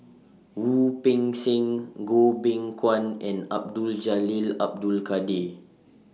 Wu Peng Seng Goh Beng Kwan and Abdul Jalil Abdul Kadir